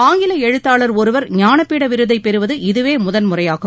ஆங்கில எழுத்தாளர் ஒருவர் ஞானப்பீட விருதைப் பெறுவது இதுவே முதன்முறையாகும்